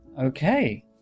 Okay